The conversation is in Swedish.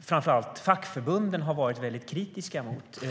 framför allt fackförbunden har varit väldigt kritiska mot.